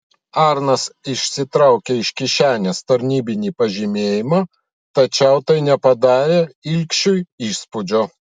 arnas išsitraukė iš kišenės tarnybinį pažymėjimą tačiau tai nepadarė ilgšiui įspūdžio